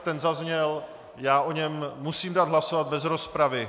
Ten zazněl, já o něm musím dát hlasovat bez rozpravy.